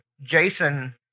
Jason